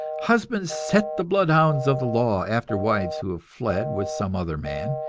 husbands set the bloodhounds of the law after wives who have fled with some other man,